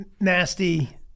nasty